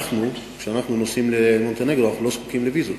כשאנחנו נוסעים למונטנגרו אנחנו לא זקוקים לוויזות.